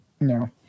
No